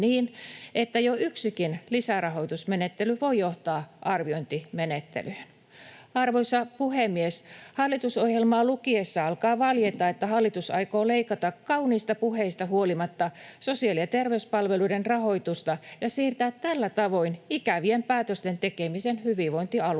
niin, että jo yksikin lisärahoitusmenettely voi johtaa arviointimenettelyyn. Arvoisa puhemies! Hallitusohjelmaa lukiessa alkaa valjeta, että hallitus aikoo leikata kauniista puheista huolimatta sosiaali- ja terveyspalveluiden rahoitusta ja siirtää tällä tavoin ikävien päätösten tekemisen hyvinvointialueille.